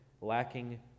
lacking